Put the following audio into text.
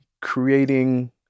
creating